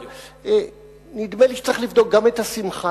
אבל נדמה לי שצריך לבדוק גם את השמחה,